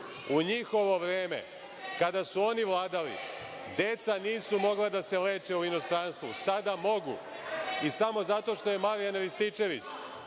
njihovo vreme, kada su oni vladali, deca nisu mogla da se leče u inostranstvu. Sada mogu. Samo zato što je Marijan Rističević